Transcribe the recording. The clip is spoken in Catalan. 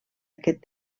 aquest